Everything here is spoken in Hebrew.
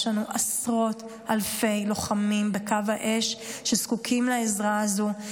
יש לנו עשרות אלפי לוחמים בקו האש שזקוקים לעזרה הזו,